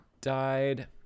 died